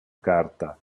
carta